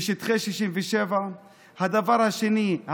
בשטחי 67'; הדבר השני,